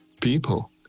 people